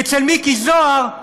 אצל מיקי זוהר,